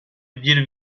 bir